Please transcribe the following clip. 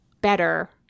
better